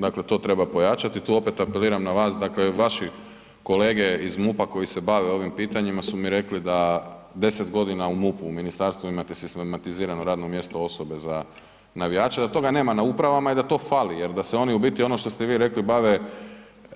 Dakle, to treba pojačati, tu opet apeliram na vas, dakle vaši kolege iz MUP-a koji se bave ovim pitanjima su mi rekli da 10 g. u MUP-u u ministarstvu imate sistematizirano radno mjesto osobe za navijače, da toga nema na upravama i da to fali jer da se oni u biti, ono što ste vi rekli bave